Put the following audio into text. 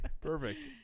Perfect